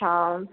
অঁ